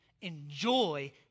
Enjoy